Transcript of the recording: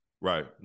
Right